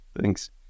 Thanks